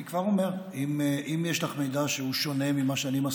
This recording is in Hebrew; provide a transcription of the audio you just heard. אני כבר אומר שאם יש לך מידע שהוא שונה ממה שאני מסרתי,